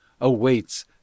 awaits